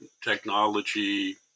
technology